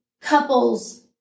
couples